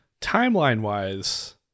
Timeline-wise